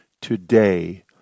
today